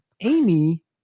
Amy